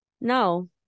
No